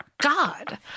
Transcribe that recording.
God